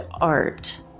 art